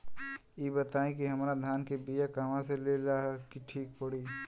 इ बताईं की हमरा धान के बिया कहवा से लेला मे ठीक पड़ी?